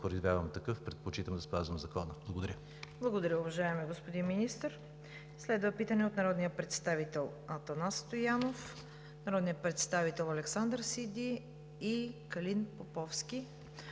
Предпочитам да спазвам закона. Благодаря.